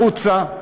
החוצה.